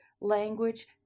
language